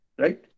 right